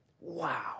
Wow